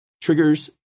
triggers